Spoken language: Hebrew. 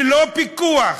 ללא פיקוח,